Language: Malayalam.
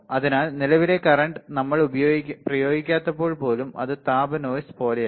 അതിനാൽ നിലവിൽ കറൻറ് നമ്മൾ പ്രയോഗിക്കാത്തപ്പോൾ പോലും അത് താപ നോയ്സ് പോലെയല്ല